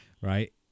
right